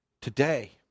today